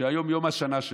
כשהיום יום השנה שלו,